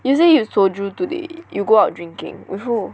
you say you soju today you go out drinking with who